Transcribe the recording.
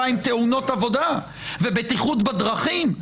עם תאונות העבודה ובטיחות בדרכים.